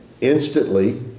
instantly